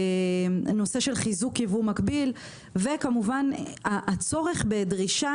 נושא של חיזוק ייבוא מקביל וכמובן הצורך בדרישה